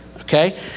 okay